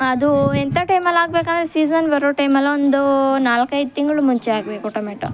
ಅದೂ ಎಂಥ ಟೈಮಲ್ಲಿ ಹಾಕ್ಬೇಕೆಂದ್ರೆ ಸೀಸನ್ ಬರೋ ಟೈಮಲ್ಲಿ ಒಂದೂ ನಾಲ್ಕೈದು ತಿಂಗಳು ಮುಂಚೆ ಹಾಕ್ಬೇಕು ಟೊಮೆಟೊ